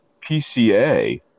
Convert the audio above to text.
PCA